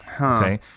Okay